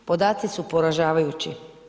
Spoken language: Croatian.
Podaci su poražavajući.